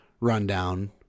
rundown